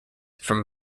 from